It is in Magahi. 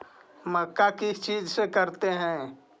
मक्का किस चीज से करते हैं?